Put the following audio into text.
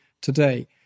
today